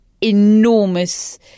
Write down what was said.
enormous